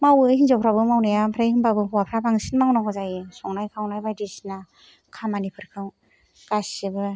मावो हिनजावफ्राबो मावनाया आमफ्राय होनबाबो हौवाफ्रा बांसिन मावनांगौ जायो संनाय खावनाय बायदिसिना खामानिफोरखौ गासैबो